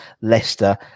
Leicester